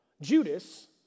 Judas